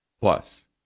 Plus